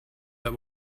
that